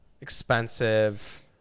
expensive